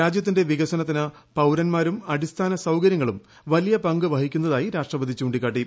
രാജ്യത്തിന്റെ വികസനത്തിന് പൌരന്മാരും അടിസ്ഥാന സൌകര്യങ്ങളും വലിയ പങ്കു വഹിക്കുന്നതായി രാഷ്ട്രപതി ചൂണ്ടിക്കാട്ടി